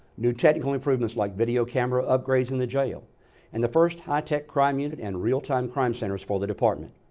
new technical improvements lie like video camera upgrades in the jail and the first high tech crime unit and realtime crime centers for the department.